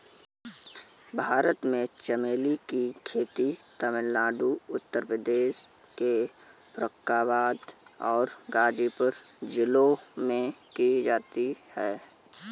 भारत में चमेली की खेती तमिलनाडु उत्तर प्रदेश के फर्रुखाबाद और गाजीपुर जिलों में की जाती है